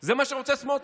זה מה שרוצה סמוטריץ'.